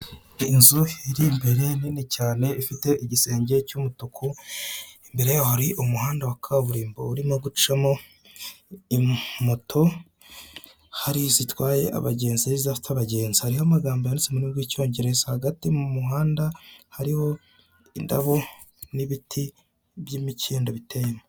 Inzu yari imbere nini cyane ifite igisenge cy'umutuku imbere yaho hari umuhanda wa kaburimbo urimo gucamo moto, hari izitwaye abagenzi n'izidafite abagenzi, n'amagambo yanditse mu rurimi rw''cyongereza hagati mu muhanda hariho indabo n'ibiti by'imikindo biteyemo.